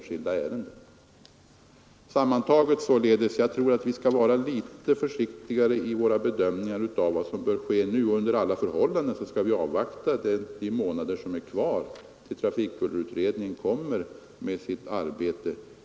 Sammantaget således: Jag tror att vi skall vara litet försiktiga i våra bedömanden av vad som bör ske nu. Under alla förhållanden skall vi vänta de månader som är kvar tills trafikbullerutredningen är färdig med sitt arbete.